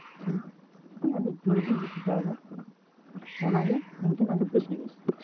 ᱤᱧ ᱟᱹᱰᱤ ᱡᱳᱨ ᱜᱤᱧ ᱠᱩᱥᱤ ᱟᱠᱟᱣᱫᱟ ᱚᱱᱟᱜᱮ ᱤᱧᱴᱷᱮᱱ ᱟᱹᱰᱤ ᱵᱮᱥ ᱡᱤᱱᱤᱥ